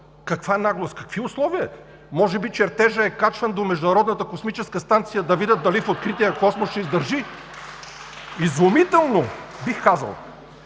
Каква наглост! Какви условия?! Може би чертежът е качван до Международната космическа станция, за да видят дали в отрития космос ще издържи? (Смях.